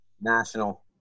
National